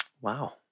Wow